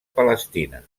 palestina